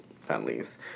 families